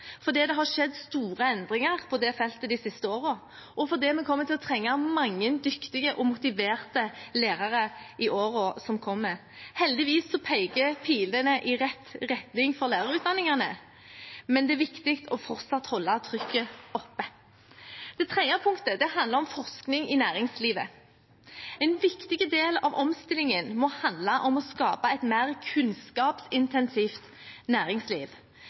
fordi det har skjedd store endringer på det feltet de siste årene, og fordi vi kommer til å trenge mange dyktige og motiverte lærere i årene som kommer. Heldigvis peker pilene i rett retning for lærerutdanningene, men det er viktig fortsatt å holde trykket oppe. Det tredje punktet handler om forskning i næringslivet. En viktig del av omstillingen må handle om å skape et mer kunnskapsintensivt næringsliv.